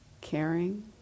Caring